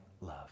love